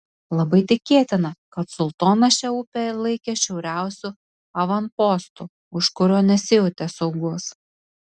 labai tikėtina kad sultonas šią upę laikė šiauriausiu avanpostu už kurio nesijautė saugus